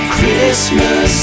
Christmas